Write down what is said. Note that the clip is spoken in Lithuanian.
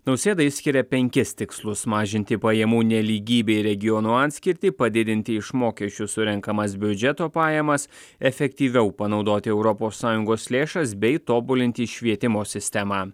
nausėda iškiria penkis tikslus mažinti pajamų nelygybė ir regionų atskirtį padidinti iš mokesčių surenkamas biudžeto pajamas efektyviau panaudoti europos sąjungos lėšas bei tobulinti švietimo sistemą